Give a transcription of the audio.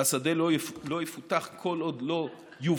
והשדה לא יפותח כל עוד לא יובטח